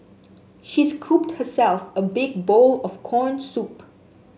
she scooped herself a big bowl of corn soup